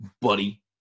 buddy